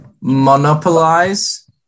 Monopolize